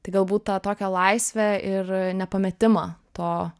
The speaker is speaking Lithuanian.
tai galbūt tą tokią laisvę ir nepametimą to